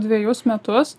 dvejus metus